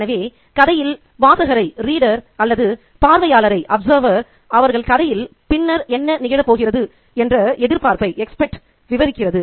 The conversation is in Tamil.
எனவே கதையில் வாசகரை அல்லது பார்வையாளரை அவர்கள் கதையில் பின்னர் என்ன நிகழப்போகிறது என்ற எதிர்பார்ப்பை விவரிக்கிறது